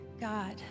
God